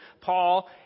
Paul